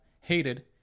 hated